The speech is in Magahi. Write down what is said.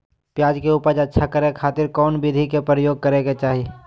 प्याज के उपज अच्छा करे खातिर कौन विधि के प्रयोग करे के चाही?